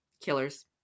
Killers